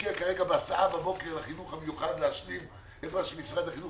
משקיע בהסעה בבוקר לחינוך המיוחד להשלים את מה שמשרד החינוך